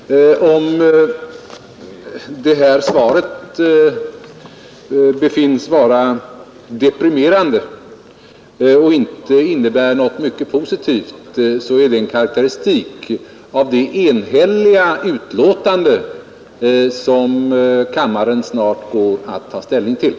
Fru talman! Jag kan bara konstatera att om detta svar befinnes vara deprimerande och inte innebära något mycket positivt är det en karakteristik av det enhälliga betänkande som kammaren snart får att ta ställning till.